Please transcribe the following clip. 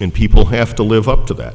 and people have to live up to that